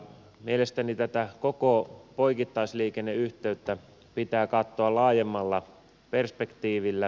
mielestäni tätä koko poikittaisliikenneyhteyttä pitää katsoa laajemmalla perspektiivillä